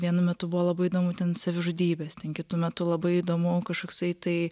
vienu metu buvo labai įdomu ten savižudybės kitu metu labai įdomu kažkoksai tai